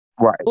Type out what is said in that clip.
right